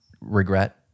regret